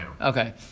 Okay